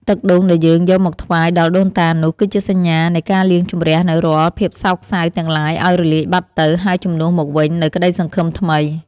ទឹកដូងដែលយើងយកមកថ្វាយដល់ដូនតានោះ គឺជាសញ្ញានៃការលាងជម្រះនូវរាល់ភាពសោកសៅទាំងឡាយឱ្យរលាយបាត់ទៅហើយជំនួសមកវិញនូវក្តីសង្ឃឹមថ្មី។